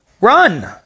Run